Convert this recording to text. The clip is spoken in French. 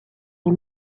les